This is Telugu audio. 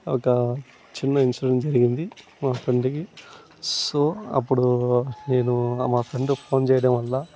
ఒక చిన్న ఇన్సిడెంట్ జరిగింది మా ఫ్రెండ్కి సో అప్పుడు నేను మా ఫ్రెండ్కి ఫోన్ చెయ్యడం వల్ల